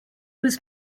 was